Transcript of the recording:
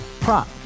prop